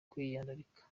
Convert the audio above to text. kwiyandarika